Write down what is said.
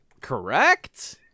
Correct